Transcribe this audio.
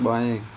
बायें